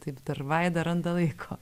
taip dar vaida randa laiko